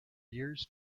years